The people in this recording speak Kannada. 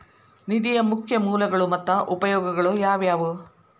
ನಿಧಿಯ ಮುಖ್ಯ ಮೂಲಗಳು ಮತ್ತ ಉಪಯೋಗಗಳು ಯಾವವ್ಯಾವು?